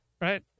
right